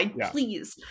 Please